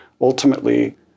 ultimately